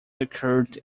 occurred